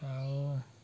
ଆଉ